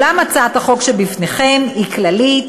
ואולם הצעת החוק שבפניכם היא כללית,